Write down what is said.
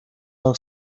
lał